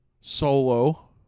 Solo